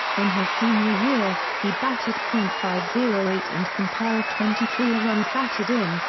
in his senior year, he batted point five zero eight and compiled twenty three runs batted in,